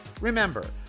Remember